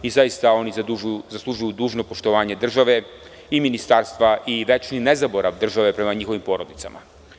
Zaista, oni zaslužuju dužno poštovanje države i ministarstva i večni nezaborav države prema njihovim porodicama.